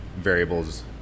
variables